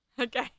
okay